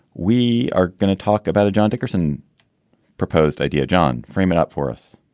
we are going to talk about a john dickerson proposed idea, john. frame it up for us